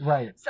Right